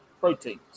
proteins